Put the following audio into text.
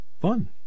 fun